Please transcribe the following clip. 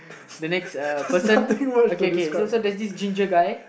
the next uh person okay okay so so there's the ginger guy